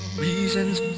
reasons